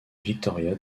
victoria